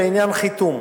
לעניין חיתום,